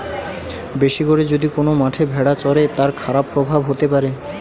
বেশি করে যদি কোন মাঠে ভেড়া চরে, তার খারাপ প্রভাব হতে পারে